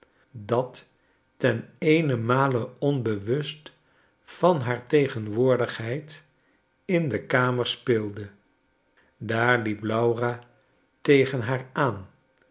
dat ten eenenmale onbewust van haar tegenwoordigheid in de kamer speelde daar liep laura tegen haar aan